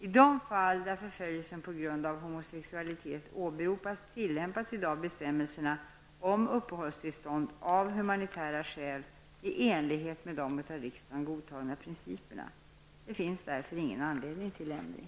I de fall där förföljelse på grund av homosexualitet åberopas tillämpas i dag bestämmelserna om uppehållstillstånd av humanitära skäl i en enlighet med de av riksdagen godtagna principerna. Det finns därför ingen anledning till ändring.